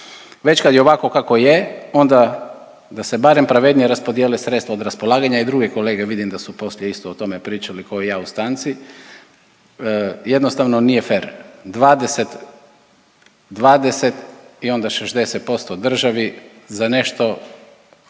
Već kad je ovako kako je, onda da se barem pravednije raspodjele sredstava od raspolaganja i druge kolege vidim da su poslije isto o tome pričali ko i ja u stanci. Jednostavno nije fer. 20, 20 i onda 60% državi za nešto